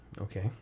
Okay